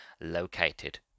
located